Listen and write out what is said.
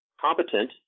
competent